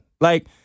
like-